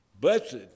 blessed